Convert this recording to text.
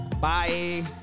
Bye